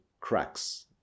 cracks